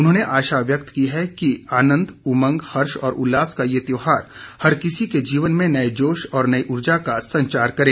उन्होंने आशा व्यक्त की है कि आन्नद उमंग हर्ष और उल्लास का ये त्योहार हर किसी के जीवन में नए जोश और नई उर्जा का संचार करे